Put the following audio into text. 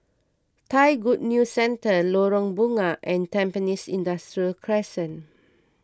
Thai Good News Centre Lorong Bunga and Tampines Industrial Crescent